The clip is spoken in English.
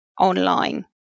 online